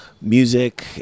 Music